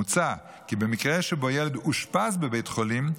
מוצע כי במקרה שבו ילד אושפז בבית חולים,